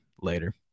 later